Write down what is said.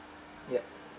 ya